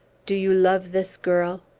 do you love this girl?